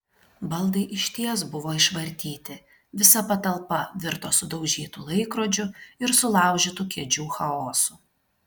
baldai išties buvo išvartyti visa patalpa virto sudaužytų laikrodžių ir sulaužytų kėdžių chaosu